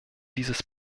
dieses